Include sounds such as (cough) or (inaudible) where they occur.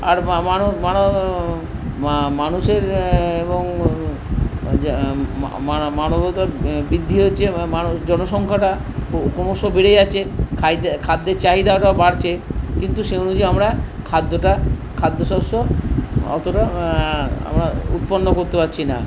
আর মানব মানব (unintelligible) মানুষের এবং (unintelligible) মানবতার বৃদ্ধি হচ্ছে (unintelligible) জনসংখ্যাটা ক্রমশ বেড়ে যাচ্ছে (unintelligible) খাদ্যের চাহিদাটাও বাড়ছে কিন্তু সেই অনুযায়ী আমরা খাদ্যটা খাদ্যশস্য অতটা (unintelligible) উৎপন্ন করতে পারছি না